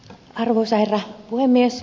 arvoisa herra puhemies